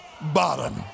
bottom